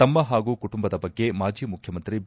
ತಮ್ಮ ಹಾಗೂ ಕುಟುಂಬದ ಬಗ್ಗೆ ಮಾಜಿ ಮುಖ್ಯ ಮಂತ್ರಿ ಬಿ